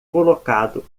colocado